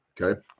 okay